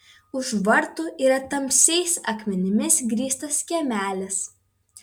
už vartų yra tamsiais akmenimis grįstas kiemelis